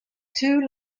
two